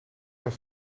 mijn